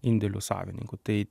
indėlių savininkų tai